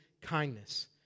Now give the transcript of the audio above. kindness